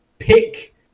pick